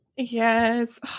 yes